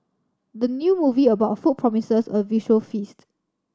the new movie about food promises a visual feast